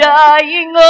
dying